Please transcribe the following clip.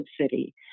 city